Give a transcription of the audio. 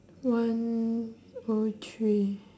one O three